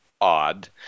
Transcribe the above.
odd